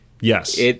Yes